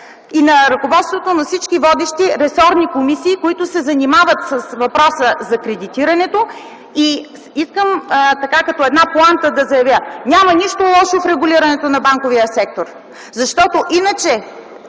и на ръководствата на всички водещи ресорни комисии, които се занимават с въпроса за кредитирането. Искам като една поанта да заявя – няма нищо лошо в регулирането на банковия сектор, защото иначе